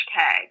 hashtags